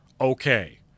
Okay